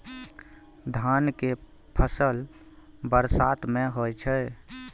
धान के फसल बरसात में होय छै?